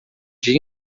dia